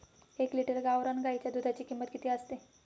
एक लिटर गावरान गाईच्या दुधाची किंमत किती असते?